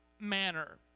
manner